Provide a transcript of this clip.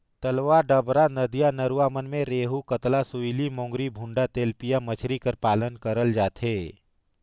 तलवा डबरा, नदिया नरूवा मन में रेहू, कतला, सूइली, मोंगरी, भुंडा, तेलपिया मछरी कर पालन करल जाथे